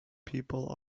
people